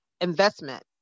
investment